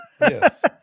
yes